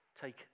Take